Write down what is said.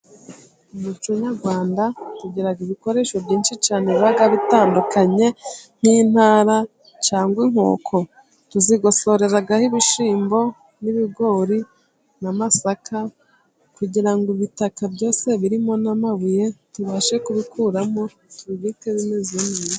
Umuco nyarwanda tugira ibikoresho byinshi cyane biba bitandukanye, nk'intara cyangwa inkoko tuzigosorezaho ibishyimbo n'ibigori na masaka kugira ngo ibitaka byose birimo n'amabuye tubashe kubikuramo tubibike bimeze neza.